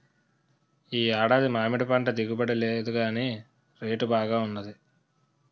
ఈ ఏడాది మామిడిపంట దిగుబడి లేదుగాని రేటు బాగా వున్నది